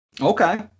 Okay